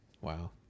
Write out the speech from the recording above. wow